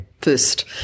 first